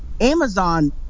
Amazon